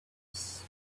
face